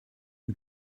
who